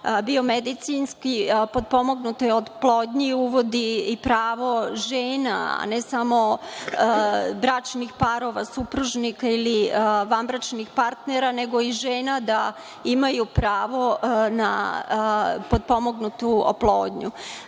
biomedicinski podmognutoj oplodnji uvodi pravo žena, a ne samo bračnih parova, supružnika ili vanbračnih partnera, nego žena da imaju pravo na potpomognutu